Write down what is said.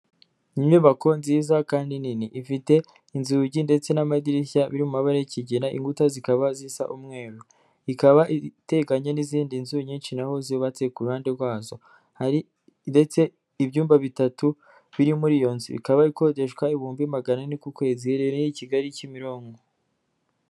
Inyubako nziza kandi nini, ifite inzugi ndetse n'amadirishya biri mu mabara y'ikigina, inkuta zikaba zisa umweru, ikaba iteganye n'izindi nzu nyinshi naho zubabatse ku ruhande rwazo, hari ndetse ibyumba bitatu biri muri iyo nzu, ikaba ikodeshwa ibihumbi magana ane ku kwezi, iherereye i Kigali Kimironko.